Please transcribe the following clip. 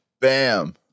Bam